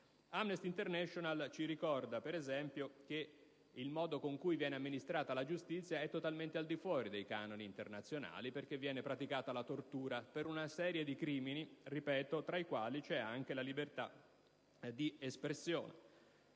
Amnesty International ci ricorda, per esempio, che il modo con cui viene amministrata la giustizia è totalmente al di fuori dei canoni internazionali, perché viene praticata la tortura per una serie di crimini tra i quali, ripeto, sono ricompresi